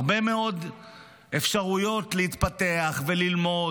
הרבה מאוד אפשרויות להתפתח וללמוד,